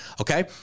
okay